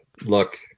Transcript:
look